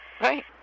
right